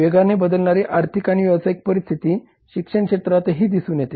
वेगाने बदलणारी आर्थिक आणि व्यावसायिक परिस्थिती शिक्षण क्षेत्रातही दिसून येते